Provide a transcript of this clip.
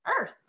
earth